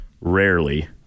rarely